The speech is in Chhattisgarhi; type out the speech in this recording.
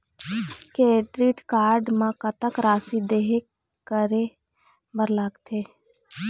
क्रेडिट कारड म कतक राशि देहे करे बर लगथे?